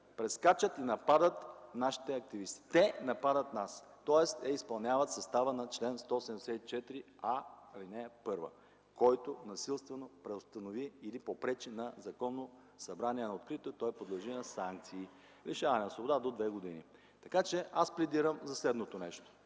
прескачат и нападат нашите активисти. Те нападат нас. Тоест изпълняват състава на чл. 174а, ал. 1 – „Който насилствено преустанови или попречи на законно събрание на открито, подлежи на санкции лишаване от свобода до 2 години”. Така че аз пледирам за следното,